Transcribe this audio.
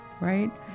right